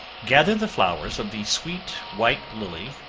gather the flowers of the sweet white lily,